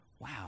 Wow